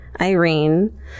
Irene